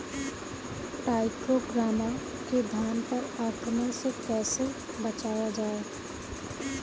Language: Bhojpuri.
टाइक्रोग्रामा के धान पर आक्रमण से कैसे बचाया जाए?